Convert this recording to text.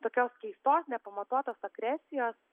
tokios keistos nepamatuotos agresijos